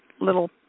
little